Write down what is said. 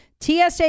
TSA